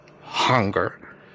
hunger